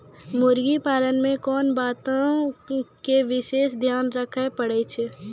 मुर्गी पालन मे कोंन बातो के विशेष ध्यान रखे पड़ै छै?